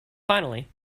finally